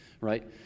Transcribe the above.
right